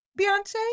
Beyonce